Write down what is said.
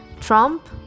Trump